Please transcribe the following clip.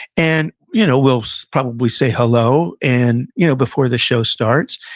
and you know we'll so probably say, hello, and you know before the show starts,